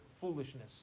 foolishness